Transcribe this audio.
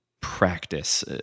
practice